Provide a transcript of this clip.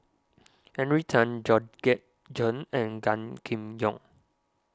Henry Tan Georgette Chen and Gan Kim Yong